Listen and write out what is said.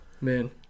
man